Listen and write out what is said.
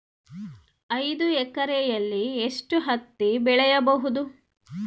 ಐದು ಎಕರೆಯಲ್ಲಿ ಎಷ್ಟು ಹತ್ತಿ ಬೆಳೆಯಬಹುದು?